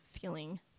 feeling